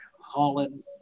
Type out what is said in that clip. Holland